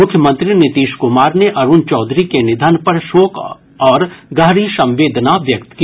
मुख्यमंत्री नीतीश कुमार ने अरुण चौधरी के निधन पर शोक और गहरी संवेदना व्यक्त की